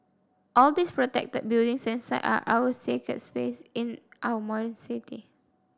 all these protected buildings and sites are our sacred space in our modern city